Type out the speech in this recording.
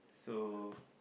so